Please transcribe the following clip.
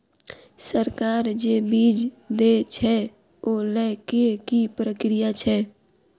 सरकार जे बीज देय छै ओ लय केँ की प्रक्रिया छै?